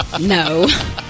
No